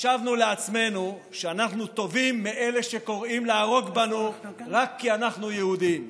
חשבנו לעצמנו שאנחנו טובים מאלה שקוראים להרוג בנו רק כי אנחנו יהודים.